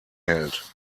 hält